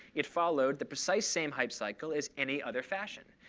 it followed the precise same hype cycle as any other fashion.